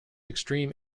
extreme